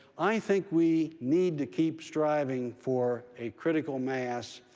i think we need to keep striving for a critical mass.